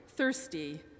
thirsty